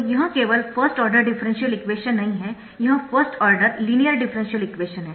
तो यह केवल फर्स्ट आर्डर डिफरेंशियल इक्वेशन नहीं है यह first order linear differential equation है